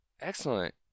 excellent